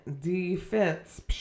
defense